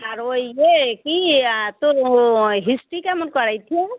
আর ওই ইয়ে কী তোর ওই হিস্ট্রি কেমন করাচ্ছে